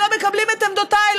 לא מקבלים את עמדותיי,